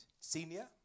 Senior